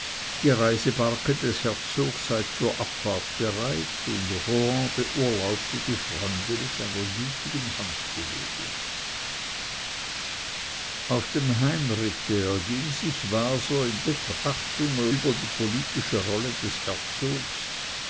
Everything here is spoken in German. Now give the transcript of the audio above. die reisebarke des herzogs sei zur abfahrt bereit und rohan beurlaubte die freunde mit einer gütigen handbewegung auf dem heimritte erging sich waser in betrachtungen über die politische rolle des herzogs